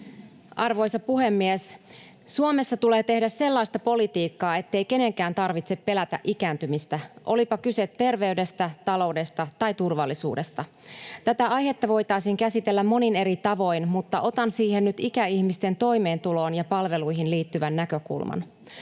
Arvoisa puhemies! Suomessa tulee tehdä sellaista politiikkaa, ettei kenenkään tarvitse pelätä ikääntymistä, olipa kyse terveydestä, taloudesta tai turvallisuudesta. Tätä aihetta voitaisiin käsitellä monin eri tavoin, mutta otan siihen nyt ikäihmisten toimeentuloon ja palveluihin liittyvän näkökulman.